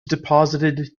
deposited